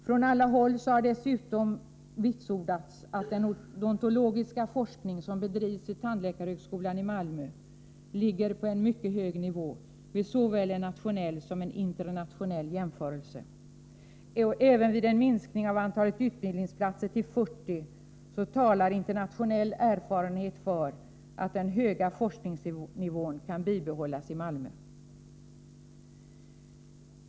Från alla håll har dessutom vitsordats att den odontologiska forskning som bedrivs vid tandläkarhögskolan i Malmö ligger på en mycket hög nivå vid såväl en nationell som en internationell jämförelse. Även vid en minskning av antalet utbildningsplatser till 40 talar internationell erfarenhet för att den höga forskningsnivån kan bibehållas i Malmö.